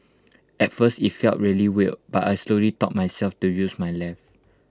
at first IT felt really weird but I slowly taught myself to use my left